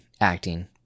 acting